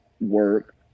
work